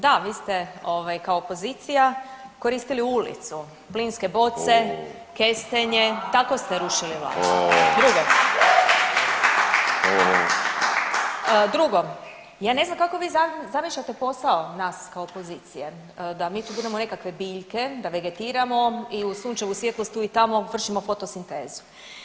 Da, vi ste ovaj kao opozicija koristili ulicu, plinske boce, kestenje, tako ste rušili vlast. Drugo, ja ne znam kako vi zamišljate posao nas kao opozicije, da mi tu budemo nekakve biljke, da vegetiramo i uz sunčevu svjetlost tu i tamo vršimo fotosintezu.